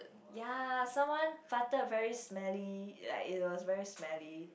ya someone farted very smelly like it was very smelly